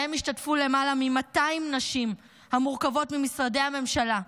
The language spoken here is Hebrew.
שבהם השתתפו למעלה מ-200 נשים ממשרדי הממשלה,